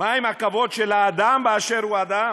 מה עם הכבוד של אדם באשר הוא אדם?